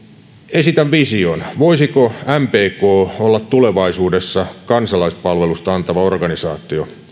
esitän vision voisiko mpk olla tulevaisuudessa kansalaispalvelusta antava organisaatio